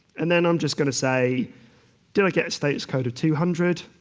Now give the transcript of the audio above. and then i'm just going to say do i get a status code of two hundred?